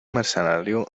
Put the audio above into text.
mercenario